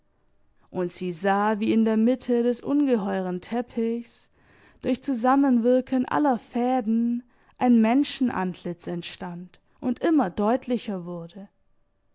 und sie sah wie in der mitte des ungeheuren teppichs durch zusammenwirken aller fäden ein menschenantlitz entstand und immer deutlicher wurde